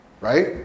right